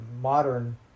modern